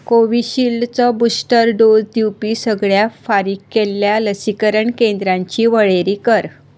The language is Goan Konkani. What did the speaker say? कोविशिल्डचो बुस्टर डोस दिवपी सगळ्या फारीक केल्ल्या लसीकरण केंद्रांची वळेरी कर